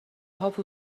هاپو